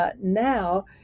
now